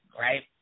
right